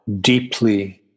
deeply